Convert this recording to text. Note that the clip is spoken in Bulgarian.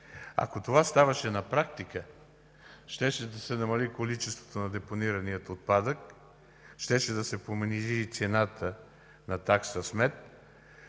Ако това ставаше на практика, щеше да се намали количеството на депонирания отпадък, щеше да се понижи и цената на такса смет,